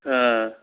অঁ